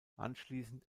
anschließend